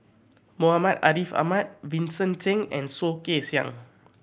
Muhammad Ariff Ahmad Vincent Cheng and Soh Kay Siang